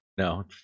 no